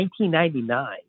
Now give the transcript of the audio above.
1999